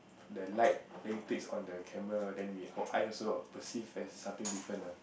the light that you takes on the camera then we her eyes also perceive as something different ah